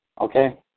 Okay